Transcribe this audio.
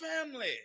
family